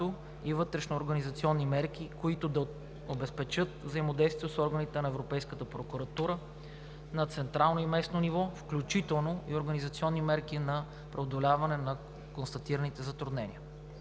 и вътрешноорганизационни мерки, които да обезпечат взаимодействието с органите на Европейската прокуратура на централно и местно ниво, включително и организационни мерки за преодоляване на констатираните затруднения.